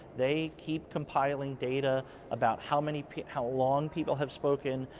they keep compiling data about how many, how long people have spoken,